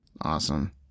Awesome